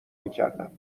میکردم